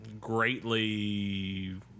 greatly